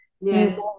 yes